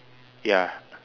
ya